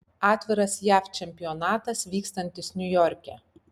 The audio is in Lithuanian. atviras jav čempionatas vykstantis niujorke